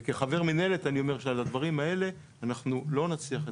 כחבר מינהלת אני אומר שעל הדברים האלה אנחנו לא נצליח לדווח.